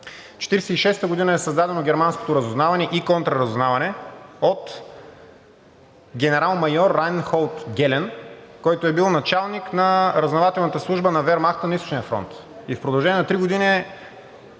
В 1946 г. е създадено германското разузнаване и контраразузнаване от генерал-майор Райнхард Гелен, който е бил началник на разузнавателната служба на Вермахта на Източния фронт и в продължение на три години е